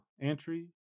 entry